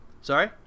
Sorry